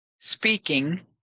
Speaking